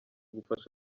gufasha